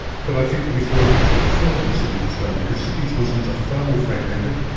but i think we saw a big step forward in sydney this time, because sydney's muslims are far more fragmented,